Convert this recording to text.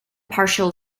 partial